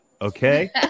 okay